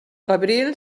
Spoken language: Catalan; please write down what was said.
abril